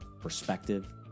perspective